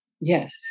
Yes